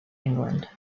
england